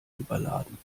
überladen